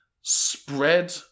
spread